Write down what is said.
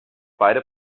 beide